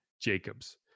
Jacobs